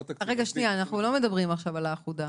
לא תקציב --- אנחנו לא מדברים עכשיו על האחודה.